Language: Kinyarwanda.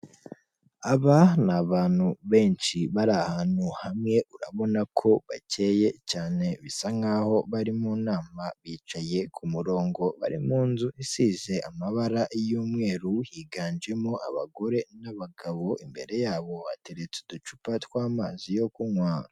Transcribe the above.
Aba ni abantu benshi bari ahantu hamwe, urabona ko bakeye cyane. Bisa nkaho bari mu nama, bicaye ku murongo, bari mu nzu isize amabara y'umweru, higanjemo abagore n'abagabo, imbere yabo hateretse uducupa tw'amazi yo kunywa.